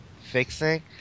fixing